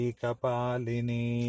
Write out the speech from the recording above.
Kapalini